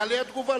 יהיה עליו תגובה.